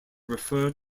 refer